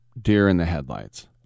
deer-in-the-headlights